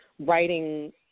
writing